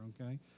okay